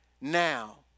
now